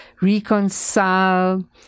reconcile